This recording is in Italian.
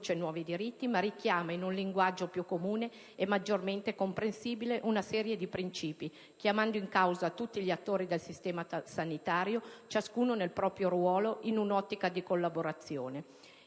Grazie a tutti